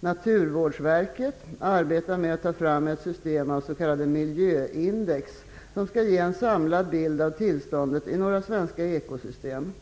Naturvårdsverket arbetar med att ta fram ett system av s.k. miljöindex, som skall ge en samlad bild av tillståndet i några svenska ekosystem.